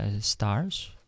stars